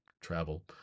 travel